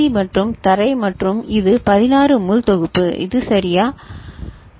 C மற்றும் தரை மற்றும் இது 16 முள் தொகுப்பு இது சரியா சரி